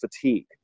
fatigue